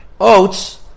Oats